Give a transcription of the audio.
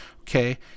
okay